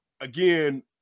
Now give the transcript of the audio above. again